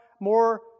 more